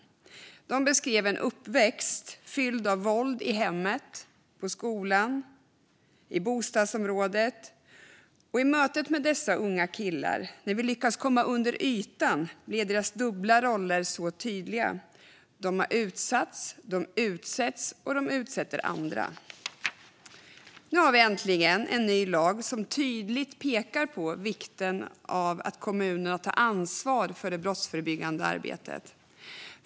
De beskrev en uppväxt fylld av våld i hemmet, på skolan och i bostadsområdet. I mötet med dessa unga killar, när vi lyckades komma under ytan, blev deras dubbla roller så tydliga. De har utsatts, de utsätts och de utsätter andra. Nu har vi äntligen en ny lag som tydligt pekar på vikten av att kommunerna tar ansvar för det brottsförebyggande arbetet.